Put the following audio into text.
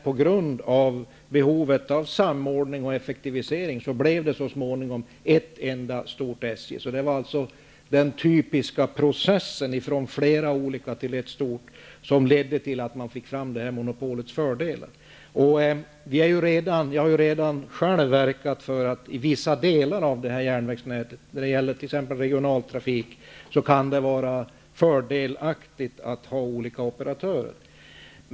På grund av behovet av samordning och effektivitet blev det så småningom ett enda stort SJ. Det var alltså den typiska processen från flera olika till ett stort som ledde till att man fick fram monopolets fördelar. Jag har ju själv verkat för att det för vissa delar av detta järnvägsnät, t.ex. de delar som har regionaltrafik, kan vara fördelaktigt att ha olika operatörer.